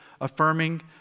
affirming